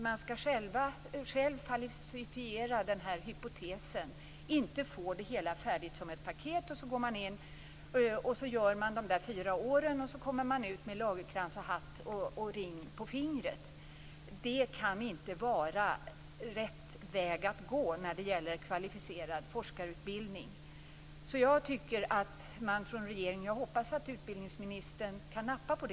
Man skall själv falsifiera den här hypotesen, inte få det hela färdigt som ett paket - man går in och gör de fyra åren och kommer ut med lagerkrans och hatt och med ring på fingret. Det kan inte vara rätt väg att gå när det gäller kvalificerad forskarutbildning. Jag hoppas att utbildningsministern kan nappa här.